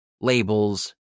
labels